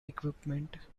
equipment